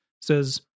says